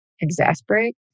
Exasperate